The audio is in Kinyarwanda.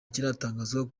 kiratangazwa